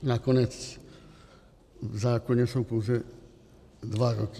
Nakonec v zákoně jsou pouze dva roky.